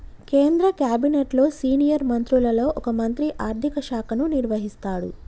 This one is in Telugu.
కేంద్ర క్యాబినెట్లో సీనియర్ మంత్రులలో ఒక మంత్రి ఆర్థిక శాఖను నిర్వహిస్తాడు